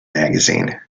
magazine